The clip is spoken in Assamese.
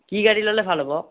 কি গাড়ী ল'লে ভাল হ'ব